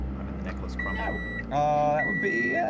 i'm in the necklace krumping ah that would be yeah